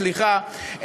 סליחה,